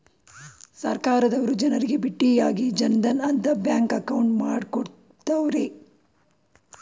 ಸರ್ಕಾರದವರು ಜನರಿಗೆ ಬಿಟ್ಟಿಯಾಗಿ ಜನ್ ಧನ್ ಅಂತ ಬ್ಯಾಂಕ್ ಅಕೌಂಟ್ ಮಾಡ್ಕೊಡ್ತ್ತವ್ರೆ